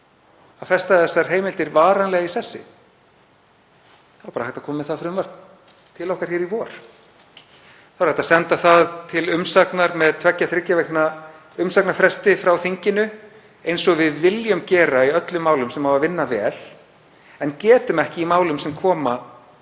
að festa þessar heimildir varanlega í sessi. Það er bara hægt að koma með það frumvarp til okkar hér í vor, það er hægt að senda það til umsagnar með tveggja til þriggja vikna umsagnarfresti frá þinginu eins og við viljum gera í öllum málum sem á að vinna vel en getum ekki í málum sem koma